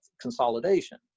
consolidation